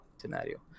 scenario